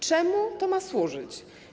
Czemu to ma służyć?